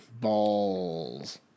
balls